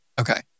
Okay